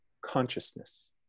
consciousness